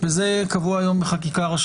זה קבוע היום בחקיקה ראשית.